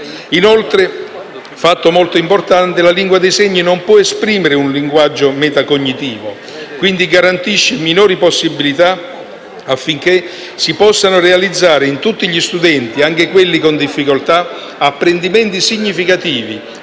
Inoltre - fatto molto importante - la LIS non può esprimere un linguaggio metacognitivo, quindi garantisce minori possibilità affinché si possano realizzare in tutti gli studenti, anche quelli con difficoltà, apprendimenti significativi,